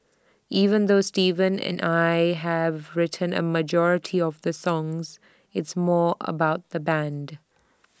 even though Steven and I have written A majority of the songs it's more about the Band